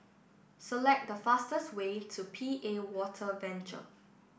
select the fastest way to P A Water Venture